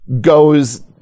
goes